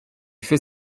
fait